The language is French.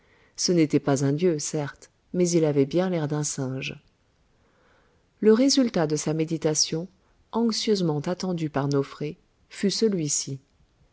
ce n'était pas un dieu certes mais il avait bien l'air d'un singe le résultat de sa méditation anxieusement attendu par nofré fut celui-ci